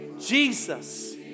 Jesus